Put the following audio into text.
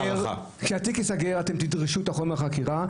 כשהתיק ייסגר אתם תדרשו את חומר החקירה,